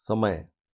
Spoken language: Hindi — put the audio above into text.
समय